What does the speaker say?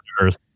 earth